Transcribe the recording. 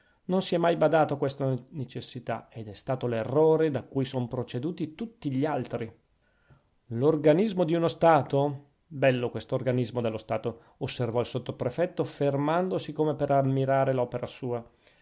non si è mai badato a questa necessità ed è stato l'errore da cui son proceduti tutti gli altri l'organismo di uno stato bello quest'organismo dello stato osservò il sottoprefetto fermandosi come per ammirare l'opera sua